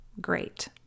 great